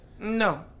No